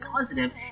positive